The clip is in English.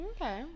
Okay